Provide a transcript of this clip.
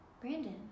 Brandon